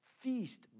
feast